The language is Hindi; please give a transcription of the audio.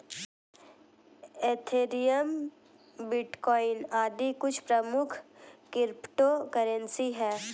एथेरियम, बिटकॉइन आदि कुछ प्रमुख क्रिप्टो करेंसी है